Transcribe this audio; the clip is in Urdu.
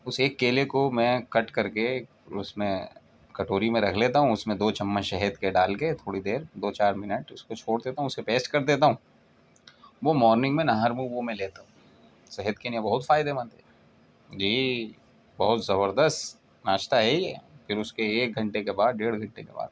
اس ایک کیلے کو میں کٹ کر کے اس میں کٹوری میں رکھ لیتا ہوں اس میں دو چمچ شہد کے ڈال کے تھوڑی دیر دو چار منٹ اس کو چھوڑ دیتا ہوں اسے پیسٹ کر دیتا ہوں وہ مارننگ میں نہار منہ وہ میں لیتا ہوں صحت کے بہت فائدے مند ہے جی بہت زبردست ناشتہ ہے یہ پھر اس کے ایک گھنٹے کے بعد ڈیڑھ گھنٹے کے بعد